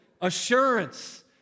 assurance